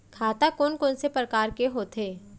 खाता कोन कोन से परकार के होथे?